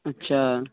اچھا